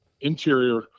interior